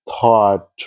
thought